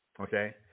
okay